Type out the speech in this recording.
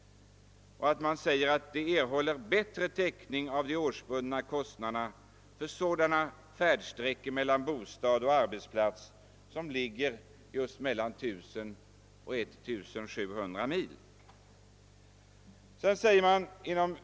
Detta skulle ge bättre täckning av de årsbundna kostnaderna för färdsträckor mellan bostad och arbetsplats som ligger mellan 1 000 och 1700 mil.